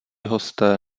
hosté